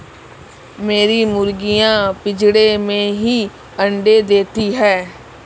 मेरी मुर्गियां पिंजरे में ही अंडा देती हैं